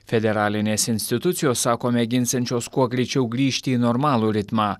federalinės institucijos sako mėginsiančios kuo greičiau grįžti į normalų ritmą